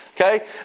Okay